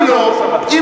אם לא, שבת.